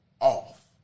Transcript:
off